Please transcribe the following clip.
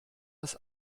dass